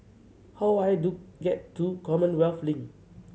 how I do get to Commonwealth Link